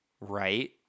right